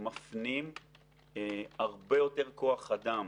מפנים הרבה יותר כוח אדם